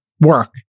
work